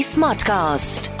Smartcast